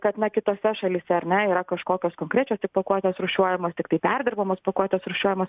kad na kitose šalyse ar ne yra kažkokios konkrečios pakuotės rūšiuojamos tiktai perdirbamos pakuotes rūšiuojamos